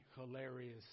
hilarious